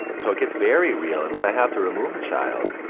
so it gets very real, and when i have to remove a child,